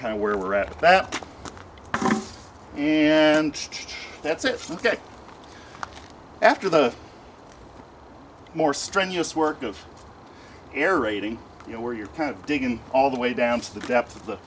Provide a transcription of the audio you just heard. of where we're at that and that's it ok after the more strenuous work of air raiding you know where you're kind of digging all the way down to the